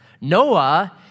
Noah